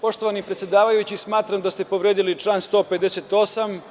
Poštovani predsedavajući, smatram da ste povredili član 158.